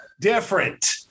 different